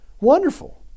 Wonderful